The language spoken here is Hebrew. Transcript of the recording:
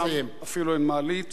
שם אפילו אין מעלית.